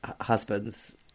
husbands